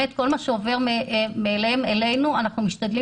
כל מה שעובר מהם אלינו אנחנו משתדלים